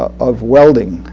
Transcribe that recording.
of welding.